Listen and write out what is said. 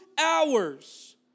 hours